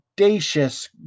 audacious